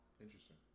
Interesting